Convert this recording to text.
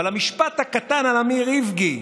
אבל המשפט הקטן על אמיר איבגי,